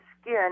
skin